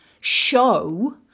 show